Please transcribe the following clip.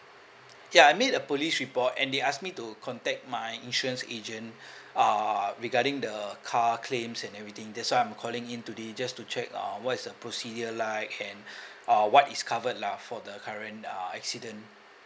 ya I made a police report and they ask me to contact my insurance agent uh regarding the car claims and everything that's why I'm calling in today just to check uh what is the procedure like and uh what is covered lah for the current uh accident